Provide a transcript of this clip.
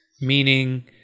meaning